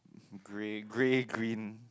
grey grey green